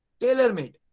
tailor-made